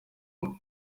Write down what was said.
buriri